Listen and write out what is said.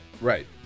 Right